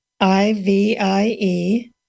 I-V-I-E